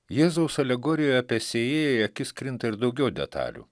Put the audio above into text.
jėzaus alegorijoj apie sėjėją į akis krinta ir daugiau detalių